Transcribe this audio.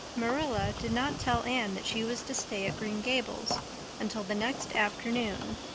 marilla did not tell anne that she was to stay at green gables until the next afternoon.